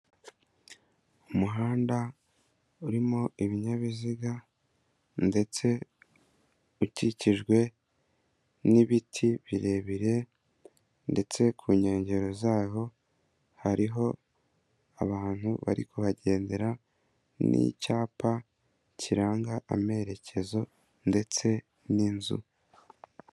Umuhanda urimo ibinyabiziga ndetse ukikijwe n'ibiti birebire ndetse ku nkengero zaho hariho abantu bari kuhagendera n'icyapa kiranga amerekezo ndetse n'inzu.